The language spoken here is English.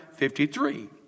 53